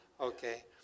Okay